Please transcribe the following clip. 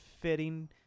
fitting